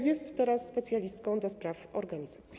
Jest teraz specjalistką do spraw organizacji.